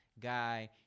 guy